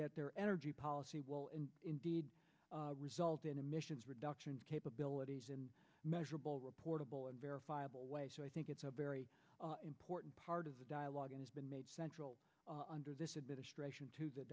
that their energy policy will indeed result in emissions reduction capabilities in measurable reportable and verifiable way so i think it's a very important part of the dialogue and it's been made central under this administration to the